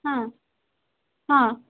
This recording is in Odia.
ହଁ ହଁ